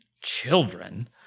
children